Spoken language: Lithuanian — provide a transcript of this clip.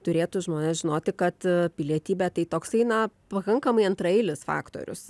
turėtų žmonės žinoti kad pilietybė tai toksai na pakankamai antraeilis faktorius